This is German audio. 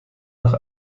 nach